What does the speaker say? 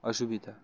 অসুবিধা